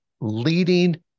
leading